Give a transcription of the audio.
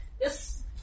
Yes